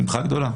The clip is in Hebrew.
בשמחה גדולה.